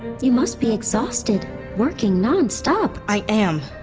you must be exhausted working nonstop i am.